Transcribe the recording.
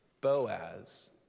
Boaz